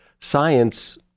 science